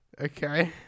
Okay